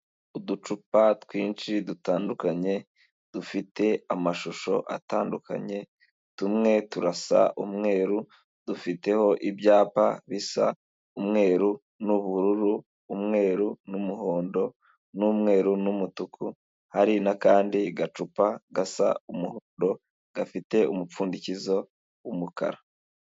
Uducupa twinshi dutandukanye dufite amashusho atandukanye tumwe turasa umweru dufiteho ibyapa bisa umweru n'ubururu, umweru n'umuhondo, n'umweru n'umutuku hari n'akandi gacupa gasa umuhondo gafite umupfundikizo w'umukara.